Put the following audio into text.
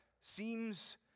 Seems